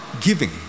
giving